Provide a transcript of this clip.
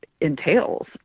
entails